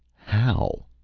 how?